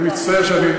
אני מצטער שאני,